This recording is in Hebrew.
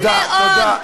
תודה, תודה.